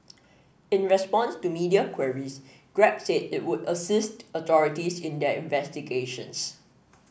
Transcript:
in response to media queries Grab said it would assist authorities in their investigations